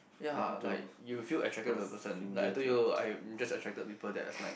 ya like you feel attracted to a person like I told you I'm just attracted to people that is nice